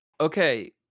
okay